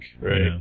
Right